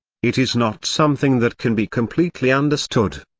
it is not something that can be completely understood.